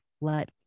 let